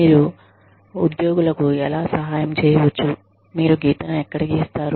మీరు ఉద్యోగులకు ఎలా సహాయం చేయవచ్చు మీరు గీతను ఎక్కడ గీస్తారు